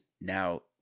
now